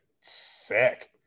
sick